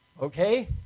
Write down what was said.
Okay